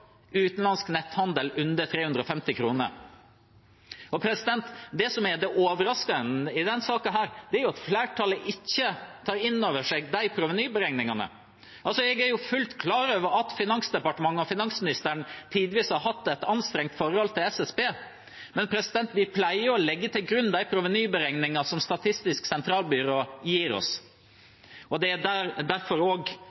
utenlandsk netthandel under 350 kr. Det som er det overraskende i denne saken, er at flertallet ikke tar inn over seg disse provenyberegningene. Jeg er fullt klar over at Finansdepartementet og finansministeren tidvis har hatt et anstrengt forhold til SSB, men vi pleier å legge til grunn de provenyberegningene som Statistisk sentralbyrå gir oss. Det er derfor også viktig å videreføre det. Isteden bruker finansministeren og